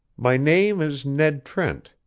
my name is ned trent,